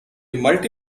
multi